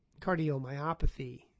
cardiomyopathy